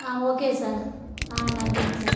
ஆ okay sir ஆ நன்றிங்க sir